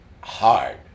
hard